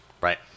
Right